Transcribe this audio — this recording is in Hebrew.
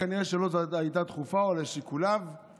כנראה שלו או לשיקוליו היא